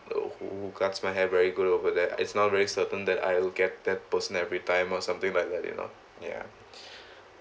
who cuts my hair very good over there it's not very certain that I'll get that person every time or something like that you know ya